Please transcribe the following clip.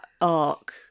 arc